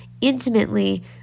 intimately